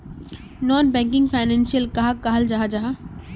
Non banking financial कहाक कहाल जाहा जाहा?